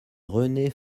rené